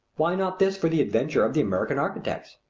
why not this for the adventure of the american architects?